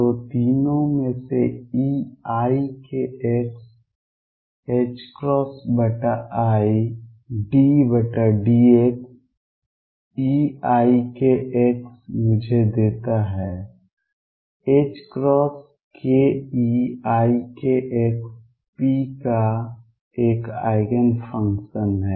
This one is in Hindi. तो तीनों में से eikx i∂x eikx मुझे देता है ℏk eikx p का एक आइगेन फंक्शन है